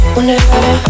Whenever